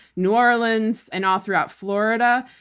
new orleans, and all throughout florida.